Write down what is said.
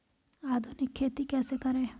आधुनिक खेती कैसे करें?